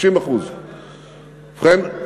60%. ובכן,